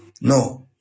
No